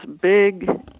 big